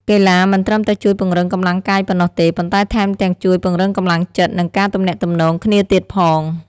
កីឡាមិនត្រឹមតែជួយពង្រឹងកម្លាំងកាយប៉ុណ្ណោះទេ ប៉ុន្តែថែមទាំងជួយ ពង្រឹងកម្លាំងចិត្ត និងការទំនាក់ទំនងគ្នាទៀតផង។